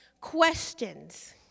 questions